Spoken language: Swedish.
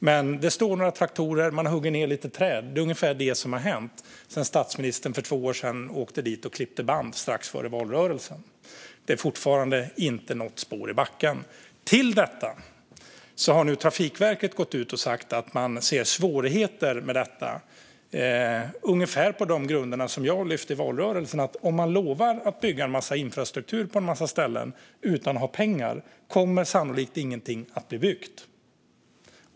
Men det står några traktorer, och man hugger ned lite träd. Det är ungefär det som har hänt sedan statsministern för två år sedan åkte dit och klippte band strax före valrörelsen. Det är fortfarande inte något spår i backen. Till detta har nu Trafikverket gått ut och sagt att de ser svårigheter med detta, ungefär på de grunder som jag lyfte fram i valrörelsen. Om man lovar att bygga en massa infrastruktur på en massa ställen utan att ha pengar kommer sannolikt ingenting att bli byggt.